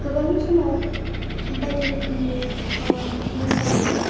गोबां समाव बायदि रोखोमनि मोसायो